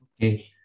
Okay